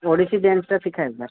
ଓଡ଼ିଶୀ ଡ୍ୟାନ୍ସଟା ଶିଖା ହେଇଥିଲା